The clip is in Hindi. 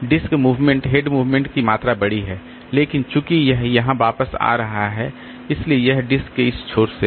डिस्क मूवमेंट हेड मूवमेंट की मात्रा बड़ी है लेकिन चूंकि यह यहाँ वापस आ रहा है इसलिए यह डिस्क के इस छोर से है